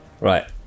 Right